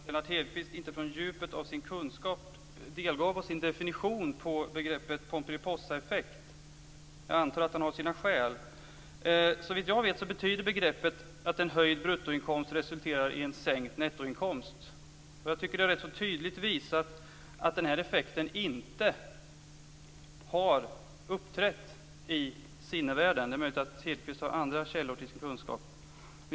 Fru talman! Jag beklagar att Lennart Hedquist inte från djupet av sin kunskap delgav oss sin definition av begreppet Pomperipossaeffekt. Jag antar att han har sina skäl. Såvitt jag vet betyder begreppet att en höjd bruttoinkomst resulterar i en sänkt nettoinkomst. Det visar tydligt att den effekten inte har uppträtt i sinnevärlden. Det är möjligt att Hedquist har andra källor till sin kunskap.